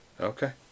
Okay